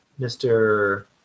Mr